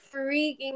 freaking